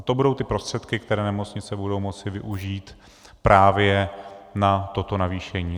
A to budou ty prostředky, které nemocnice budou moci využít právě na toto navýšení.